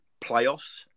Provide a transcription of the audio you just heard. playoffs